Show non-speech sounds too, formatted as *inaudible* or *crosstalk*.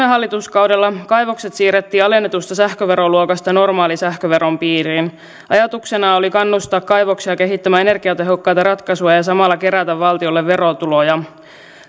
*unintelligible* hallituskaudella kaivokset siirrettiin alennetusta sähköveroluokasta normaalin sähköveron piiriin ajatuksena oli kannustaa kaivoksia kehittämään energiatehokkaita ratkaisuja ja samalla kerätä valtiolle verotuloja